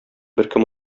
беркем